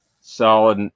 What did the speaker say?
solid